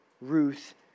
Ruth